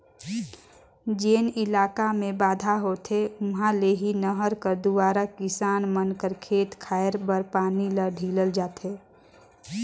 जेन इलाका मे बांध होथे उहा ले ही नहर कर दुवारा किसान मन कर खेत खाएर बर पानी ल ढीलल जाथे